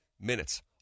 minutes